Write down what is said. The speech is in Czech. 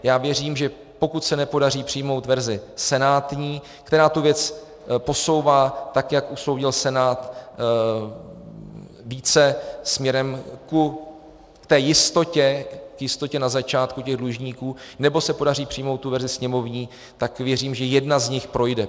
Já věřím, že pokud se nepodaří přijmout verzi senátní, která tu věc posouvá, tak jak usoudil Senát, více směrem k té jistotě, k jistotě na začátku těch dlužníků, nebo se podaří přijmout verzi sněmovní, tak věřím, že jedna z nich projde.